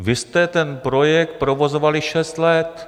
Vy jste ten projekt provozovali šest let.